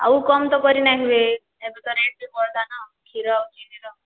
ଆଉ କମ୍ ତ କରି ନାଇଁ ହୁଏ ଏବେତ ରେଟ ବି ବଢ଼ିଲାନ କ୍ଷୀର ଆଉ ଚିନିର